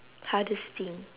hardest thing